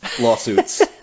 lawsuits